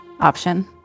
option